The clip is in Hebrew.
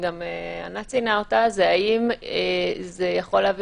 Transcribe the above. שגם ענת ציינה אותה האם זה יכול להביא